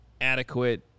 adequate